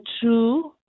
true